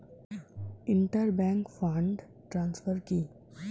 Inter bank fund transfer কি?